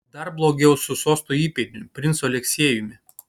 dar blogiau su sosto įpėdiniu princu aleksiejumi